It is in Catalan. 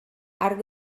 arc